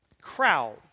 crowd